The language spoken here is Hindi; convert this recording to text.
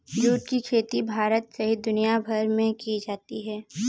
जुट की खेती भारत सहित दुनियाभर में की जाती है